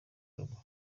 urugo